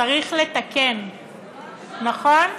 צריך לתקן, נכון?